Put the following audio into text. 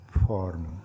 form